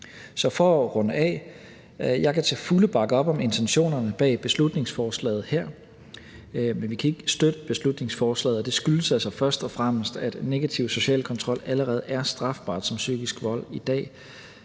Så for at runde af: Jeg kan til fulde bakke op om intentionerne bag beslutningsforslaget her, men vi kan ikke støtte beslutningsforslaget. Og det skyldes altså først og fremmest, at negativ social kontrol allerede er strafbart som psykisk vold i dag,